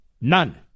None